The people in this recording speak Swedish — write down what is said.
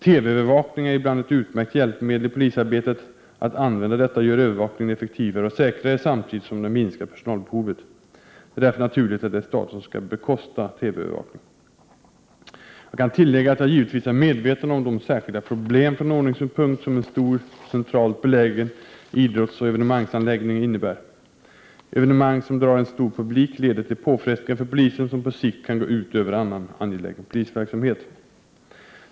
TV-övervakning är ibland ett utmärkt hjälpmedel i polisarbetet. Att använda detta gör övervakningen effektivare och säkrare samtidigt som det minskar personalbehovet. Det är därför naturligt att det är staten som skall bekosta TV-övervakning. Jag kan här tillägga att jag givetvis är medveten om de särskilda problem från ordningssynpunkt som en stor, centralt belägen idrottsanläggning innebär. Evenemang som drar stor publik leder till påfrestningar för polisen som på sikt kan gå ut över annan, angelägen polisverksamhet.